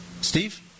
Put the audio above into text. Steve